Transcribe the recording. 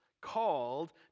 called